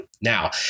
Now